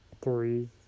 Three